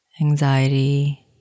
anxiety